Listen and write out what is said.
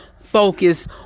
focus